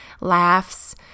laughs